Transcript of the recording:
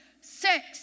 Six